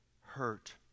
hurt